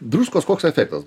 druskos koks efektas